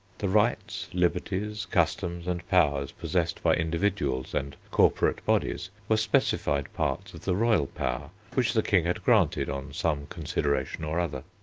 the rights, liberties, customs, and powers possessed by individuals and corporate bodies were specified parts of the royal power which the king had granted on some consideration or other.